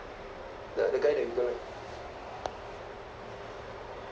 the guy that we gonna